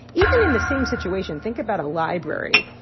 even in the same situation. think about a library,